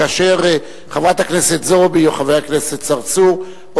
כאשר חברת הכנסת זועבי או חבר הכנסת צרצור או